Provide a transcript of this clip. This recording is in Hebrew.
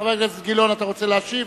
חבר הכנסת גילאון, אתה רוצה להשיב?